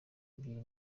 by’iyi